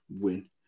win